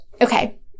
okay